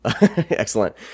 Excellent